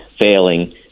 failing